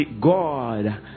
God